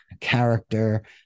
character